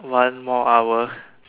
one more hour